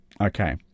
Okay